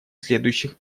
следующих